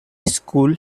school